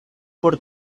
por